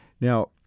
Now